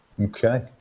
Okay